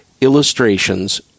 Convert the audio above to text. illustrations